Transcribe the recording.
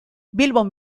bilbon